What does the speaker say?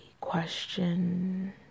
question